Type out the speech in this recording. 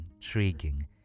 intriguing